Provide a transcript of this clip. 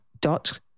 dot